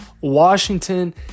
Washington